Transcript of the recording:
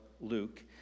Luke